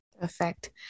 Perfect